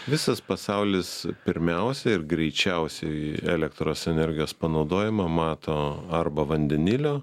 visas pasaulis pirmiausia ir greičiausiai elektros energijos panaudojimą mato arba vandenilio